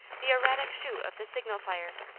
the erratic shoot of the signal-fire.